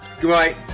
Goodbye